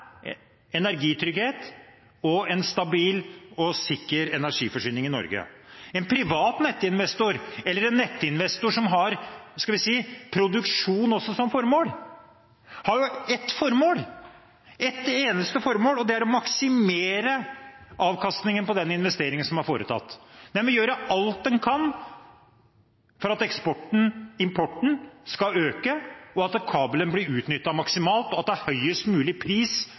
energitrygghet og en stabil og sikker energiforsyning i Norge. En privat nettinvestor eller en nettinvestor som har produksjon også som formål, har ett formål – ett eneste formål – og det er å maksimere avkastningen på investeringen som er foretatt. Han vil gjøre alt han kan for at eksporten og importen skal øke, at kabelen blir utnyttet maksimalt, og det til en høyest mulig pris.